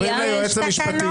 אתם מפריעים ליועץ המשפטי.